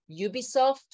Ubisoft